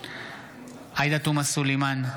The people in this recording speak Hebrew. עאידה תומא סלימאן,